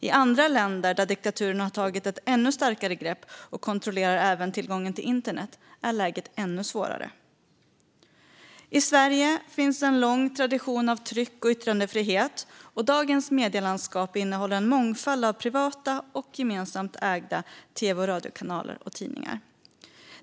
I andra länder, där diktaturen har tagit ett ännu starkare grepp och även kontrollerar tillgången till internet, är läget ännu svårare. I Sverige finns en lång tradition av tryck och yttrandefrihet, och dagens medielandskap innehåller en mångfald av privata och gemensamt ägda tv och radiokanaler och tidningar.